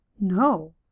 No